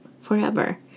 forever